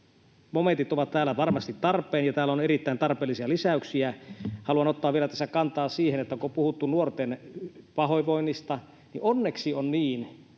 momentit ovat täällä varmasti tarpeen ja täällä on erittäin tarpeellisia lisäyksiä. Haluan vielä ottaa tässä kantaa siihen, että kun on puhuttu nuorten pahoinvoinnista, niin onneksi on niin,